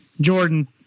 Jordan